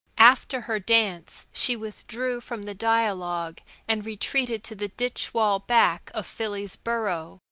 after her dance she withdrew from the dialogue and retreated to the ditch wall back of philly's burrow,